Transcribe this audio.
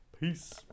Peace